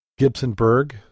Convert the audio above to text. Gibsonburg